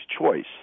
choice